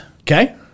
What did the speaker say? Okay